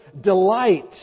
delight